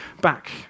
back